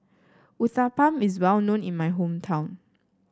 Uthapam is well known in my hometown